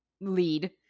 lead